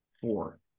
Four